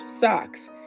socks